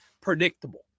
predictable